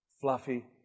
fluffy